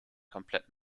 komplett